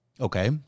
Okay